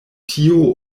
tio